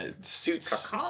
suits